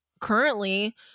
currently